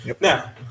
Now